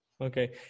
Okay